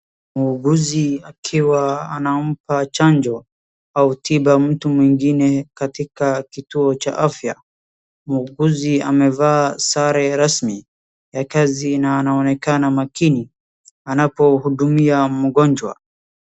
Mwuguzi akiwa anampa chanjo au tiba mtu mwingine katika kituo cha afya. Mwuguzi amevaa sare rasmi ya kazi na anaonekana makini anapohudumia mgonjwa.